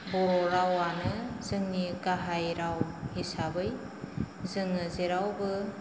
बर' रावआनो जोंनि गाहाय राव हिसाबै जोङो जेरावबो